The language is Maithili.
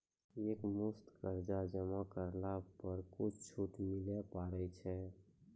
एक मुस्त कर्जा जमा करला पर कुछ छुट मिले पारे छै?